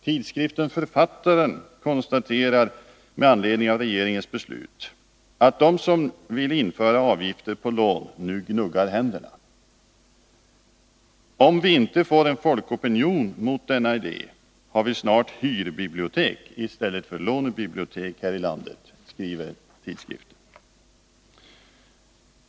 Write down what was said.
Tidskriften Författaren konstaterar med anledning av regeringens beslut att de som vill införa avgifter på lån nu gnuggar händerna. Om vi inte får en folkopinion mot denna idé, har vi snart hyrbibliotek i stället för lånebibliotek här i landet, skriver tidskriften.